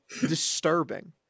disturbing